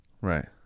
right